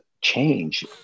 change